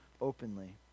openly